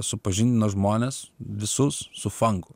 supažindino žmones visus su fanku